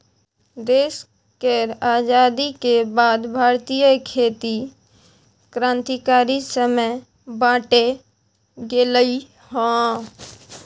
देश केर आजादी के बाद भारतीय खेती क्रांतिकारी समय बाटे गेलइ हँ